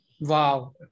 Wow